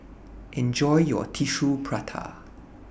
Enjoy your Tissue Prata